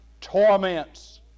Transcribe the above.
torments